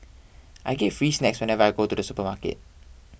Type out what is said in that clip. I get free snacks whenever I go to the supermarket